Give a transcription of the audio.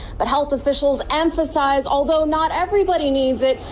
but health officials emphasize although not everybody needs it,